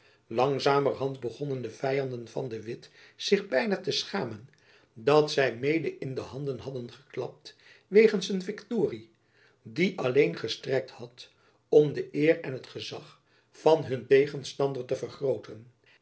langzamerhand begonnen de vyanden van de witt zich byna te schamen dat zy mede in de handen hadden geklapt wegens een viktorie die alleen gestrekt had om de eer en het gezach van hun tegenstander te vergrooten